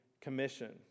Commission